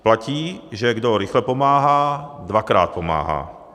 Platí, že kdo rychle pomáhá, dvakrát pomáhá.